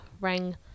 rang